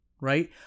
right